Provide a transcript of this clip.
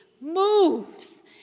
moves